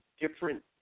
different